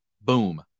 boom